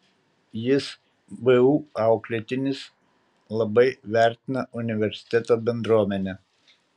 jis vu auklėtinis labai vertina universiteto bendruomenę